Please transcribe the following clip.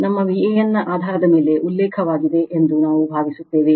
ನಮ್ಮ Van ನ ಆಧಾರದ ಮೇಲೆ ಉಲ್ಲೇಖವಾಗಿದೆ ಎಂದು ನಾವು ಭಾವಿಸುತ್ತೇವೆ